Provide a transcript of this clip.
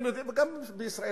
וגם בישראל,